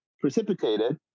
precipitated